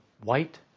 white